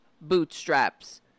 bootstraps